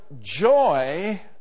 joy